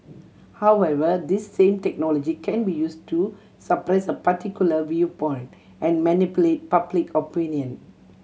however this same technology can be used to suppress a particular viewpoint and manipulate public opinion